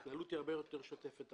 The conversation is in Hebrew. ההתנהלות הרבה יותר שוטפת,